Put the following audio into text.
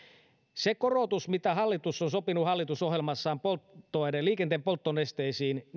se korotus minkä hallitus on sopinut hallitusohjelmassaan liikenteen polttonesteisiin